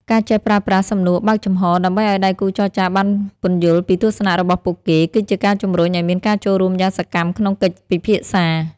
ការចេះប្រើប្រាស់ "សំណួរបើកចំហ" ដើម្បីឱ្យដៃគូចរចាបានពន្យល់ពីទស្សនៈរបស់ពួកគេ គឺជាការជំរុញឱ្យមានការចូលរួមយ៉ាងសកម្មក្នុងកិច្ចពិភាក្សា។